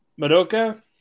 Madoka